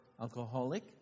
alcoholic